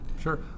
Sure